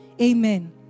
Amen